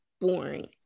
boring